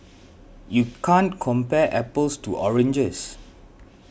you can't compare apples to oranges